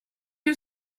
you